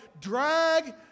drag